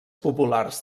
populars